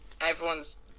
everyone's